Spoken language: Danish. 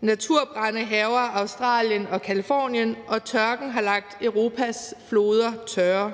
naturbrande hærger Australien og Californien, og tørken har lagt Europas floder tørre.